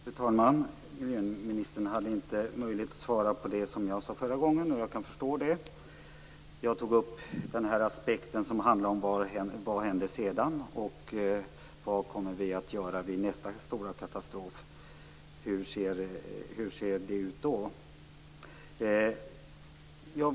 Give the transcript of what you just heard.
Fru talman! Miljöministern hade inte möjlighet att svara på de frågor jag ställde. Jag kan förstå det. Min aspekt var vad som händer sedan och vad vi kommer att göra vid nästa stora katastrof. Jag undrade hur det ser ut då.